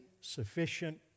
sufficient